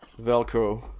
Velcro